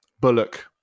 bullock